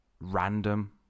random